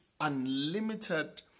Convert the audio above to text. unlimited